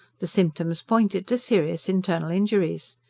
the symptoms pointed to serious internal injuries.